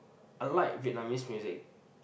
I like Vietnamese music